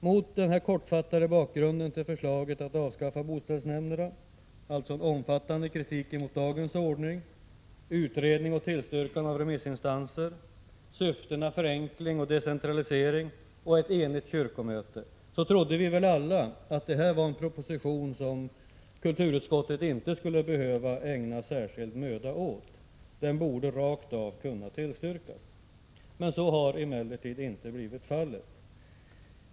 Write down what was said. Mot denna kortfattade bakgrund till förslaget att avskaffa boställsnämnderna — omfattande kritik mot dagens ordning, utredning och tillstyrkan av remissinstanser, åsyftad förenkling och decentralisering, samt ett enigt kyrkomöte — trodde vi väl alla att detta var en proposition som kulturutskottet inte skulle behöva ägna särskild möda åt. Den borde rakt av kunna tillstyrkas. Så har emellertid inte blivit fallet.